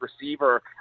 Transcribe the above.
receiver